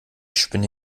spinne